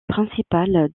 principale